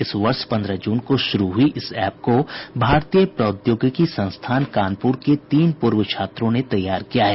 इस वर्ष पंद्रह जून को शुरू हुई इस ऐप को भारतीय प्रौद्योगिकी संस्थान कानपुर के तीन पूर्व छात्रों ने तैयार किया है